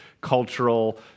cultural